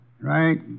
Right